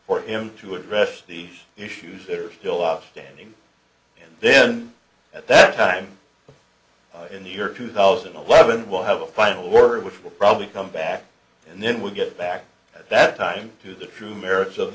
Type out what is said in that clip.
for him to address the issues that are still outstanding and then at that time in the year two thousand and eleven will have a final word which will probably come back and then we'll get back at that time to the issue merits of